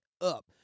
Up